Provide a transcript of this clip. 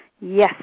yes